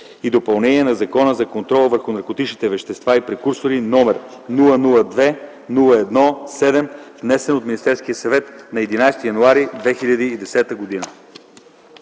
и допълнение на Закона за контрол върху наркотичните вещества и прекурсорите, № 002-01-7, внесен от Министерския съвет на 11 януари 2010 г.”